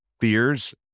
fears